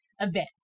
event